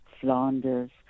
Flanders